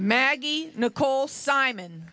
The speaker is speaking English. maggie nicole simon